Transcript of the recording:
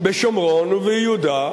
בשומרון וביהודה,